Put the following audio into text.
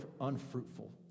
unfruitful